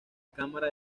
cámara